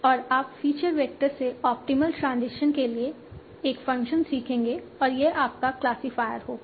और आप feature vector से ऑप्टिमल ट्रांजिशन के लिए एक फ़ंक्शन सीखेंगे और यह आपका क्लासिफायरियर होगा